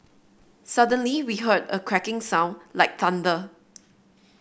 suddenly we heard a cracking sound like thunder